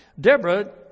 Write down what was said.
Deborah